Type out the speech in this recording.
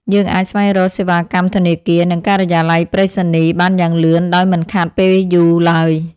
យើងអាចស្វែងរកសេវាកម្មធនាគារ និងការិយាល័យប្រៃសណីយ៍បានយ៉ាងលឿនដោយមិនខាតពេលយូរឡើយ។